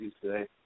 today